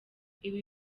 ibi